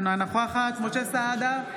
אינה נוכחת משה סעדה,